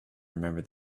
remember